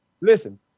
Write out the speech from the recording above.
Listen